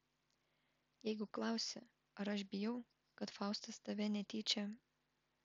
jeigu klausi ar aš bijau kad faustas tave netyčia